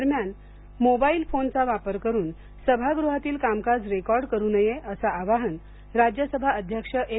दरम्यान मोबाइल फोनचा वापर करून सभागृहातील कामकाज रेकॉर्ड करू नये असं आवाहन राज्यसभा अध्यक्ष एम